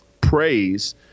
praise